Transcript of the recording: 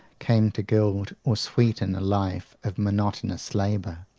came to gild or sweeten a life of monotonous labour,